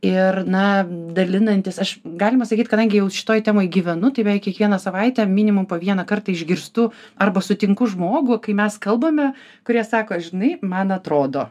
ir na dalinantis aš galima sakyt kadangi jau šitoj temoj gyvenu tai beveik kiekvieną savaitę minimum po vieną kartą išgirstu arba sutinku žmogų kai mes kalbame kurie sako žinai man atrodo